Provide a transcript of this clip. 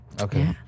Okay